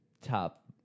top